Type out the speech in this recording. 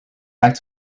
back